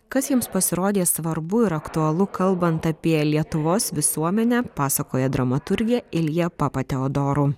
kas jiems pasirodė svarbu ir aktualu kalbant apie lietuvos visuomenę pasakoja dramaturgė ilja papateodoru